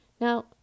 Now